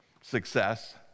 success